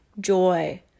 joy